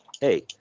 Hey